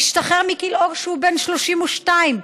השתחרר מכלאו כשהוא בן 32,